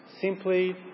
simply